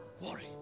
Worry